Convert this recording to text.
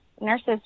nurses